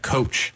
Coach